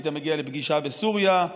היית מגיע לפגישה בסוריה,